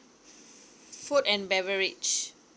food and beverage